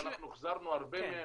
אנחנו החזרנו הרבה מהם,